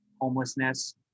homelessness